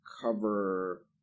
cover